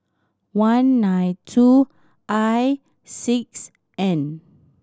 one nine two I six N